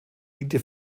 diente